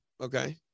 okay